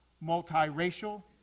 multi-racial